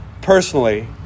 personally